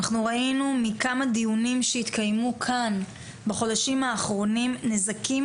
נוכחנו לראות בכמה דיונים שהתקיימו כאן בחודשים האחרונים נזקים